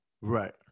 Right